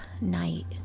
night